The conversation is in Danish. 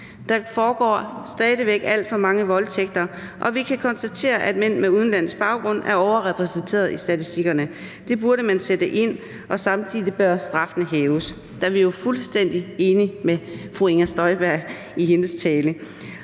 Der foregår stadig væk alt for mange voldtægter, og vi kan konstatere, at mænd med udenlandsk baggrund er overrepræsenteret i statistikkerne. Der burde man sætte ind, og samtidig bør straffen hæves. Der er vi jo fuldstændig enige med fru Inger Støjberg og hendes tale.